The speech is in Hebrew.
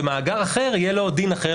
במאגר אחר יהיה לו דין אחר,